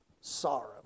sorrow